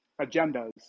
agendas